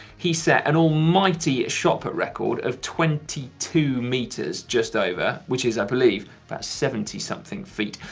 he set an almighty shot put record of twenty two meters just over, which is, i believe about seventy something feet.